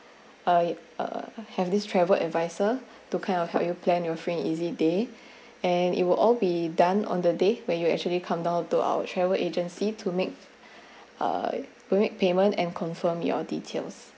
I uh have this travel advisor to kind of help you plan your free and easy day and it will all be done on the day when you actually come down to our travel agency to make uh to make payment and confirm your details